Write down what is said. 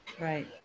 Right